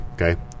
Okay